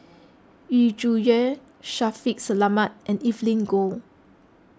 Yu Zhuye Shaffiq Selamat and Evelyn Goh